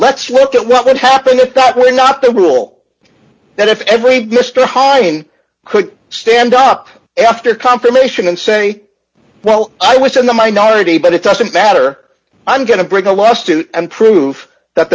let's look at what would happen if that were not the rule then if every district hiring could stand up after confirmation and say well i was in the minority but it doesn't matter i'm going to bring a lawsuit and proof that